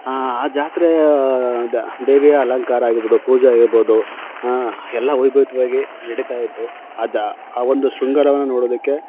ಆ ಜಾತ್ರೆ ದ ದೇವಿಯ ಅಲಂಕಾರ ಆಗಿರ್ಬೋದು ಪೂಜೆ ಆಗಿರ್ಬೋದು ಎಲ್ಲ ವೈಭವಿತವಾಗಿ ನಡೀತಾ ಇತ್ತು ಅದಾ ಆ ಒಂದು ಶೃಂಗಾರವನ್ನು ನೋಡೋದಕ್ಕೆ